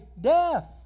death